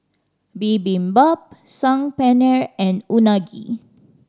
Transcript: Bibimbap Saag Paneer and Unagi